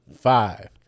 Five